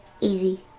Easy